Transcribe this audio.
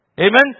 Amen